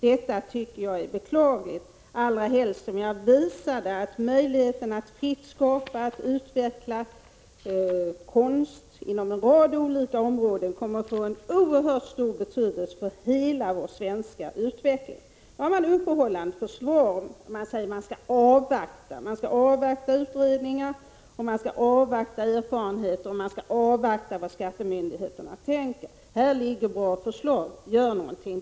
Detta tycker jag är beklagligt, allra helst som jag visade att möjligheterna att fritt skapa och utveckla konst inom en rad olika områden kommer att få en oerhört stor betydelse för hela vår svenska utveckling. Vad man nu kommer med är uppehållande förslag. Man skall avvakta — avvakta utredningar, avvakta erfarenheter och avvakta vad skattemyndigheterna tänker. Här finns bra förslag — gör någonting!